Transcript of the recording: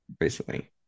recently